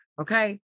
Okay